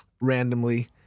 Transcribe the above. randomly